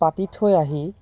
পাতি থৈ আহি